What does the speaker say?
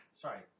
sorry